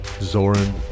Zoran